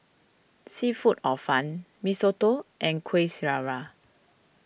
Seafood Hor Fun Mee Soto and Kueh Syara